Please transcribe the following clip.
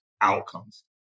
outcomes